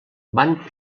van